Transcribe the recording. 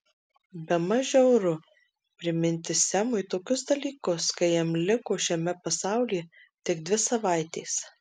bemaž žiauru priminti semui tokius dalykus kai jam liko šiame pasaulyje tik dvi savaitės